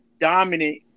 dominant